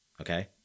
Okay